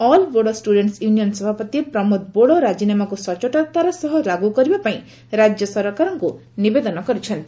all Bodo students union ସଭାପତି ପ୍ରମୋଦ ବୋଡୋ ରାଜିନାମାକୁ ସଚ୍ଚୋଟତାର ସହ ଲାଗୁ କରିବା ପାଇଁ ରାଜ୍ୟ ସରକାରଙ୍କୁ ନିବେଦନ କରିଚ୍ଚନ୍ତି